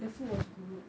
the food was good